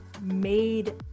made